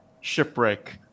shipwreck